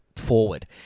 forward